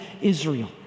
Israel